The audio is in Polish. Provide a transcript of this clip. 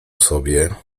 sobie